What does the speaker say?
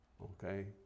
Okay